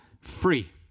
free